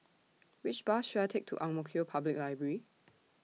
Which Bus should I Take to Ang Mo Kio Public Library